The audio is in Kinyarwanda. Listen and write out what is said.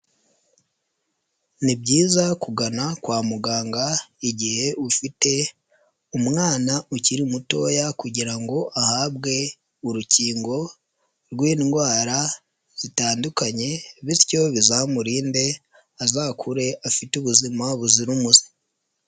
Ni byiza kugana kwa muganga igihe ufite umwana ukiri mutoya kugira ngo ahabwe urukingo rw'indwara zitandukanye bityo bizamurinde, azakure afite ubuzima buzira umuze.